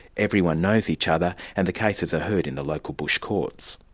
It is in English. everyone knows each other, and the cases are heard in the local bush courts.